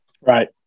Right